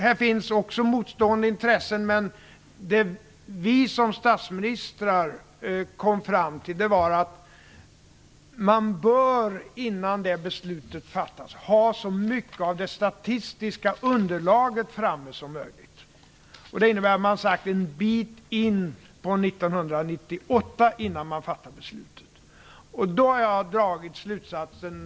Här finns också motstående intressen, men det som vi som statsministrar kom fram till var att man innan det beslutet fattas bör ha så mycket som möjligt av det statistiska underlaget framme. Det innebär att man har sagt att man kommer en bit in på 1998 innan beslutet fattas.